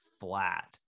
flat